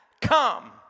come